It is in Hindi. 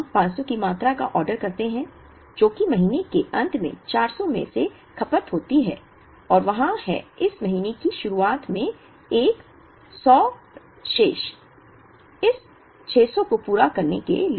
हम 500 की मात्रा का ऑर्डर करते हैं जो कि महीने के अंत में 400 में से खपत होती है और वहाँ है इस महीने की शुरुआत में एक 100 शेष इस 600 को पूरा करने के लिए